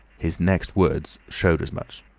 his next words showed as much.